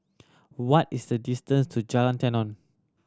what is the distance to Jalan Tenon